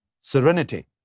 serenity